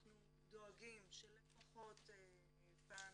אנחנו דואגים שלפחות פעם